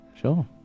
Sure